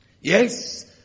Yes